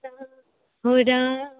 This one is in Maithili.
हो रामा